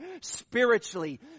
spiritually